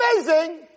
Amazing